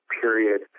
period